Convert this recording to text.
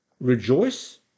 rejoice